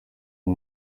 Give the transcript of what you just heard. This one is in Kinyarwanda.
uba